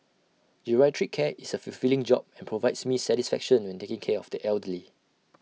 geriatric care is A fulfilling job and provides me satisfaction when taking care of the elderly